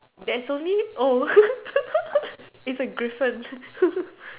there's only oh it's a griffin